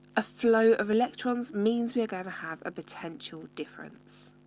a flow of electrons means we are going to have a potential difference.